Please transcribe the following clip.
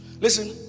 listen